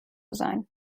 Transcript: sein